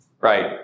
Right